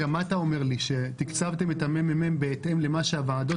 אתה אומר לי שתקצבתם את הממ"מ בהתאם למה שהוועדות